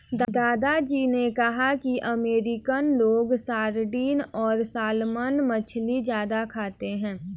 दादा जी ने कहा कि अमेरिकन लोग सार्डिन और सालमन मछली ज्यादा खाते हैं